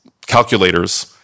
calculators